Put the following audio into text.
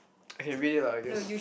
okay read it lah I guess